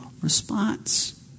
response